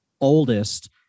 oldest